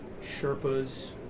Sherpas